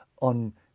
on